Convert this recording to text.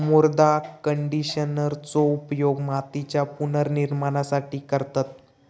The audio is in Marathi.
मृदा कंडिशनरचो उपयोग मातीच्या पुनर्निर्माणासाठी करतत